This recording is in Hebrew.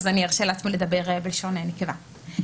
אז ארשה לעצמי לדבר בלשון נקבה.